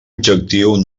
objectiu